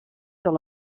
sur